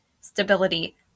stability